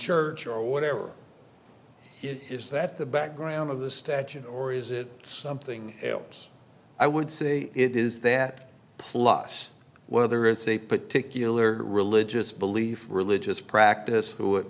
church or whatever it is that the background of the statue or is it something else i would say it is that plus whether it's a particular religious belief religious practice wh